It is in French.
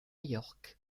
york